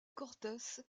cortes